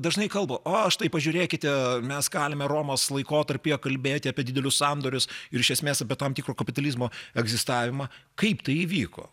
dažnai kalba o štai pažiūrėkite mes galime romos laikotarpyje kalbėti apie didelius sandorius ir iš esmės apie tam tikro kapitalizmo egzistavimą kaip tai įvyko